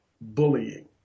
bullying